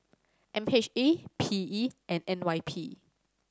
M H A P E and N Y P